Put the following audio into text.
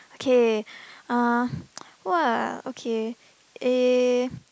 okay uh !wah! okay ee